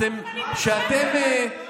אבל אתם לא מוכנים,